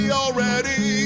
already